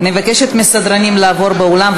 אני מבקשת מהסדרנים לעבור לאולם,